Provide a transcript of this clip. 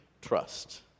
trust